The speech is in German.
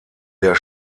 der